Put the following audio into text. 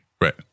Right